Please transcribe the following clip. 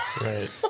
Right